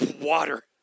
Water